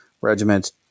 regiment